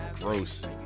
gross